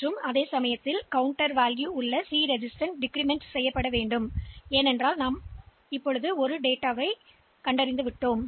இந்த எச் பதிவு அதிகரிக்கப்படுகிறது இந்த சி மதிப்பு பதிவு குறைக்கப்படுகிறது ஏனென்றால் நாங்கள் ஏற்கனவே ஒரு எண்ணை செயலாக்கியுள்ளோம்